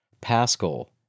Pascal